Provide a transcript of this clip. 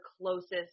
closest